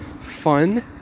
fun